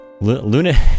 Luna